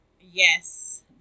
Yes